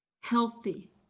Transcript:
healthy